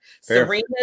Serena